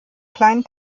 kleinen